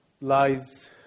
lies